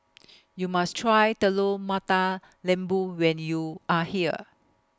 YOU must Try Telur Mata Lembu when YOU Are here